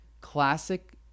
classic